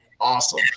Awesome